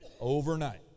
overnight